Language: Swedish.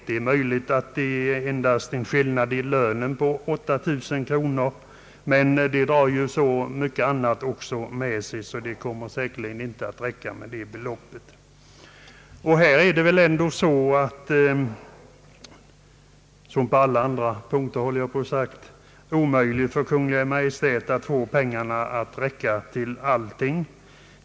Det kan möjligen vara en skillnad i lönen på 8 000 kronor, men det drar ju också så mycket annat med sig så att det beloppet kommer säkert icke att räcka. Det är väl ändå här liksom på snart sagt alla andra punkter omöjligt för Kungl. Maj:t att få pengarna att räcka till allt.